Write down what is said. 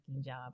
job